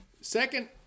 Second